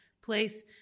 place